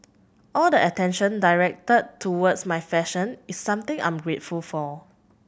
all the attention directed towards my fashion is something I'm grateful for